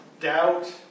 Doubt